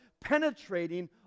penetrating